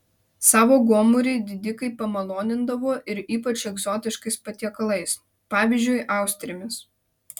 savo gomurį didikai pamalonindavo ir ypač egzotiškais patiekalais pavyzdžiui austrėmis